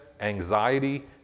anxiety